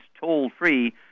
toll-free